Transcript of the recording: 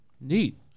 Neat